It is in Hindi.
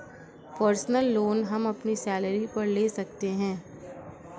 पर्सनल लोन हम अपनी सैलरी पर ले सकते है